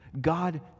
God